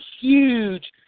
huge